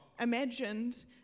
imagined